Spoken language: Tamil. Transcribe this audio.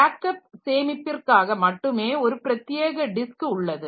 பேக்கப் சேமிப்பிற்க்காக மட்டுமே ஒரு பிரத்தியேக டிஸ்க் உள்ளது